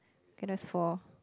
K that's four